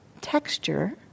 Texture